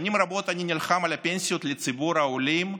שנים רבות אני נלחם על הפנסיות לציבור העולים,